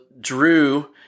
Drew